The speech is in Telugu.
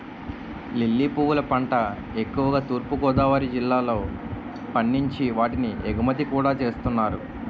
లిల్లీ పువ్వుల పంట ఎక్కువుగా తూర్పు గోదావరి జిల్లాలో పండించి వాటిని ఎగుమతి కూడా చేస్తున్నారు